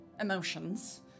emotions